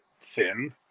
thin